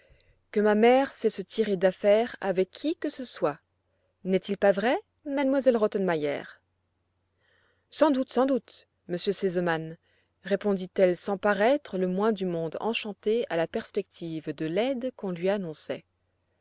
que ma mère sait se tirer d'affaire avec qui que ce soit n'est-il pas vrai m elle rottenmeier sans doute sans doute m r sesemann répondit-elle sans paraître le moins du monde enchantée à la perspective de l'aide qu'on lui annonçait